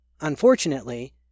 Unfortunately